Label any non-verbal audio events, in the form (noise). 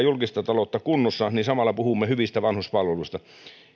(unintelligible) julkista taloutta pidetään kunnossa niin samalla puhumme hyvistä vanhuspalveluista